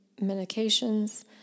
medications